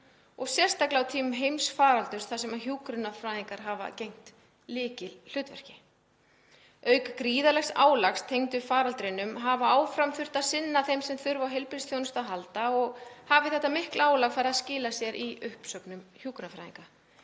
og sérstaklega á tímum heimsfaraldurs þar sem hjúkrunarfræðingar hafa gegnt lykilhlutverki. Auk gríðarlegs álags tengdu faraldrinum hafi áfram þurft að sinna þeim sem þurfa á heilbrigðisþjónustu að halda og hafi þetta mikla álag farið að skila sér í uppsögnum hjúkrunarfræðinga,